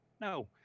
No